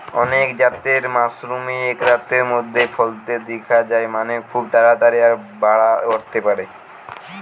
অনেক জাতের মাশরুমই এক রাতের মধ্যেই ফলতে দিখা যায় মানে, খুব তাড়াতাড়ি এর বাড়া ঘটতে পারে